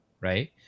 right